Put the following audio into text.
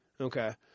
Okay